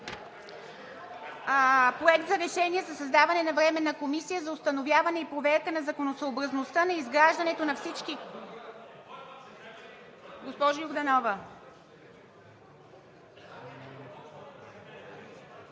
Проект за решение за създаване на Временна комисия за установяване и проверка на законосъобразността на изграждането на всички... Госпожа Йорданова.